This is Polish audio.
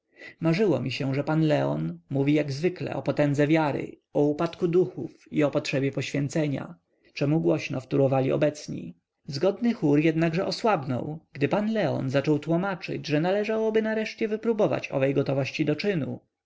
marzyło mi się że pan leon mówi jak zwykle o potędze wiary o upadku duchów i o potrzebie poświęcenia czemu głośno wtórowali obecni zgodny chór jednakże osłabnął gdy pan leon zaczął tłomaczyć że należałoby nareszcie wypróbować owej gotowości do czynu